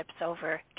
Over